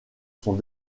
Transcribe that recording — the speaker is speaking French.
sont